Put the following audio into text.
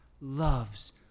loves